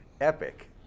epic